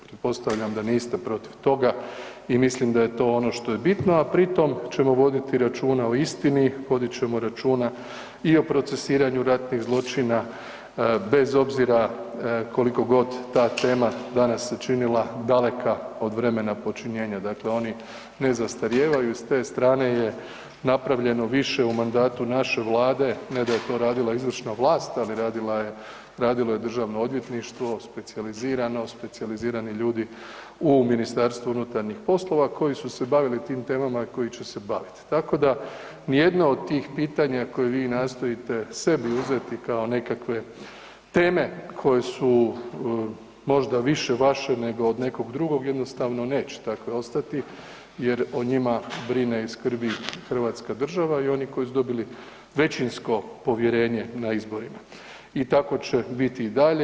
Pretpostavljam da niste protiv toga i mislim da je to ono što je bitno a pritom ćemo voditi računa o istini, vodit ćemo računa i o procesuiranju ratnih zločina bez obzira koliko god ta tema danas se činila daleka od vremena počinjenja, dakle oni ne zastarijevaju i s te strane je napravljeno više u mandatu naše Vlade ne da je to radila izvršna vlast ali radilo je Državno odvjetništvo, specijalizirano, specijalizirani ljudi u MUP-u koji su se bavili tim temama i koji će se baviti tako da nijedno od tih pitanja koje vi nastojite sebi uzeti kao nekakve teme koje su možda više vaše nego od nekog drugog, jednostavno neće takve ostati jer o njima brine i skrbi hrvatska država i oni koji su dobili većinsko povjerenje na izborima i tako će biti i dalje.